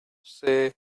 say